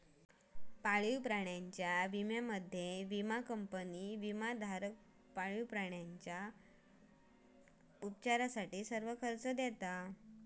पाळीव प्राण्यांच्या विम्यामध्ये, विमा कंपनी विमाधारक पाळीव प्राण्यांच्या उपचारासाठी सर्व खर्च देता